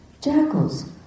jackals